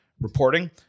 reporting